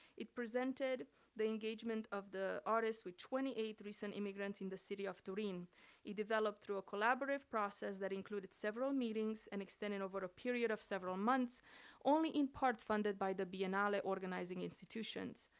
it presented the engagement of the artists with twenty eight recent immigrants in the city of turin he developed through a collaborative process that included several meetings and extended over a period of several months only in part funded by the biennial organizing institutions.